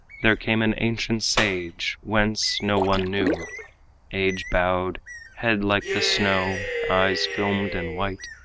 there came an ancient sage whence, no one knew age-bowed, head like the snow, eyes filmed and white,